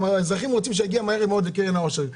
גם האזרחים רוצים שיגיע מהר מאוד לקרן העושר.